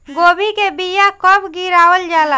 गोभी के बीया कब गिरावल जाला?